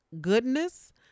goodness